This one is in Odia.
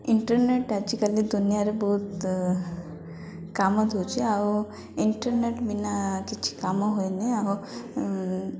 ଇଣ୍ଟରନେଟ ଆଜିକାଲି ଦୁନିଆଁରେ ବହୁତ କାମ ଦଉଛି ଆଉ ଇଣ୍ଟରନେଟ ବିନା କିଛି କାମ ହୁଏନି ଆଉ